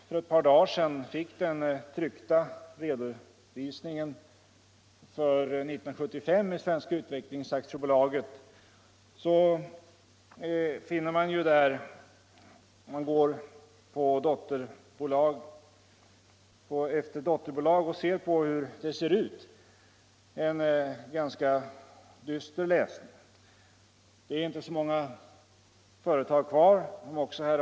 För några dagar sedan fick vi SU:s årsredovisning. Studiet av dotterbolagens ställning är en ganska dyster läsning. Det är inte så många företag kvar.